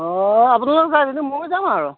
অ' আপোনালোক যায় যদি মইও যাম আৰু